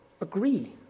agree